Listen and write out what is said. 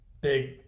big